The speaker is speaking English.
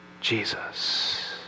Jesus